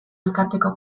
elkarteko